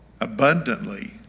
abundantly